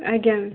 ଆଜ୍ଞା ମ୍ୟାମ୍